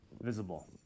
visible